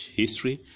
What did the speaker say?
history